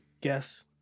guess